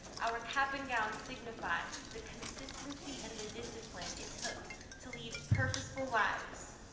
our cap and gown signify the consistency and the discipline it took to lead purposeful lives.